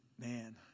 man